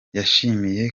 yashimiye